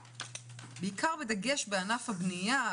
בעיקר, בדגש בענף הבנייה.